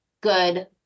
good